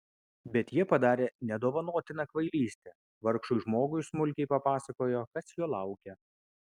bet jie padarė nedovanotiną kvailystę vargšui žmogui smulkiai papasakojo kas jo laukia